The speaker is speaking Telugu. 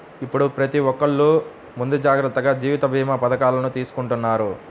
ఇప్పుడు ప్రతి ఒక్కల్లు ముందు జాగర్తగా జీవిత భీమా పథకాలను తీసుకుంటన్నారు